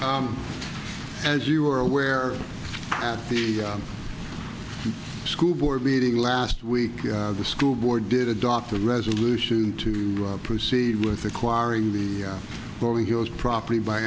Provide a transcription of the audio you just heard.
kerry as you are aware at the school board meeting last week the school board did adopt a resolution to proceed with acquiring the rolling hills property by